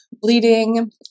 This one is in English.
bleeding